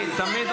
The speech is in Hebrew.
סיימנו.